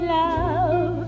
love